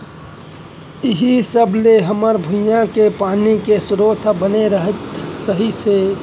इहीं सब ले हमर भुंइया के पानी के सरोत ह बने रहत रहिस हे